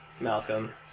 Malcolm